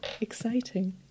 exciting